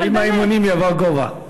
עם האימונים יבוא הגובה.